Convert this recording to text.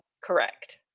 Correct